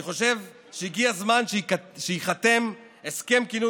אני חושב שהגיע הזמן שייחתם הסכם כינון